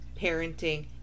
parenting